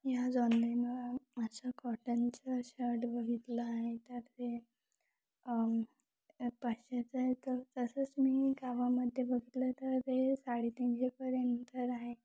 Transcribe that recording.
या ज ऑनलाईन माझं कॉटनचं शर्ट बघितलं आहे तर ते पाचशेचं आहे तर तसंच मी गावामध्ये बघितलं तर ते साडेतीनशेपर्यंत आहे